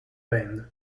band